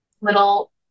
little